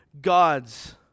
gods